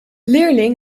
leerling